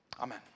Amen